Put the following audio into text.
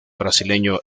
brasileño